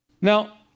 Now